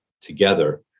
together